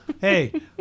hey